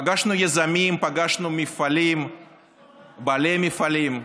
פגשנו יזמים, פגשנו בעלי מפעלים,